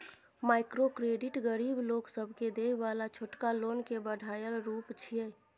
micro credit गरीब लोक सबके देय बला छोटका लोन के बढ़ायल रूप छिये